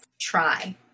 try